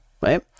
right